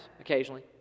occasionally